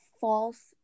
false